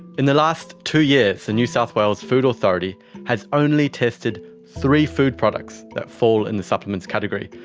in the last two years the new south wales food authority has only tested three food products that fall in the supplements category,